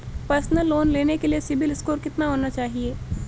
Personal loan लेने के लिए सिबिल स्कोर कितना होना चाहिए?